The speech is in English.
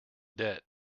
debt